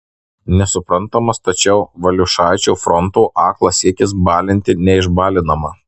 nesuprantamas tačiau valiušaičio fronto aklas siekis balinti neišbalinamą